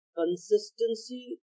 consistency